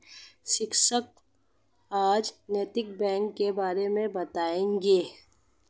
शिक्षक आज नैतिक बैंक के बारे मे बताएँगे